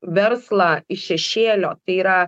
verslą iš šešėlio tai yra